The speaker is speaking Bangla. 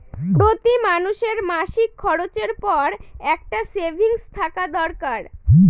প্রতি মানুষের মাসিক খরচের পর একটা সেভিংস থাকা দরকার